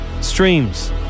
streams